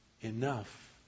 enough